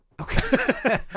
Okay